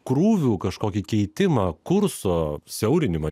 krūvių kažkokį keitimą kurso siaurinimą